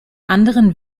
anderen